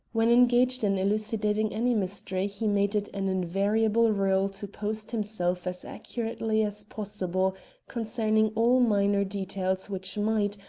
when engaged in elucidating any mystery he made it an invariable rule to post himself as accurately as possible concerning all minor details which might,